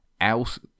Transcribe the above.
else